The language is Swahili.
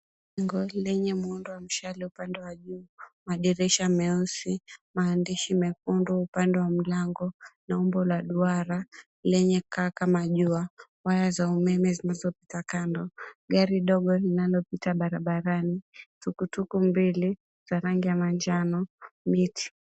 Jengo lenye muundo wa mshale upande wa juu, madirisha mweusi, maandishi mekundu upande wa mlango na umbo la duara lenye kaa kama jua. Waya za umeme zinazopita kando. Gari dogo linalopita barabarani. Tukutuku mbili za rangi ya manjano, miti.